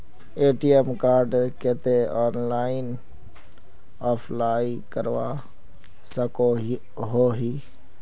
ATM कार्डेर केते online apply करवा सकोहो ही?